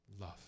love